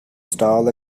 stall